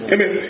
Amen